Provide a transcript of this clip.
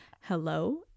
hello